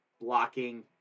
blocking